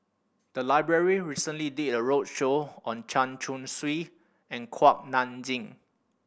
the library recently did a roadshow on Chen Chong Swee and Kuak Nam Jin